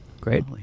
great